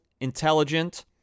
intelligent